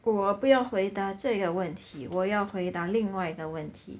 我不要回答这个问题我要回答另外一个问题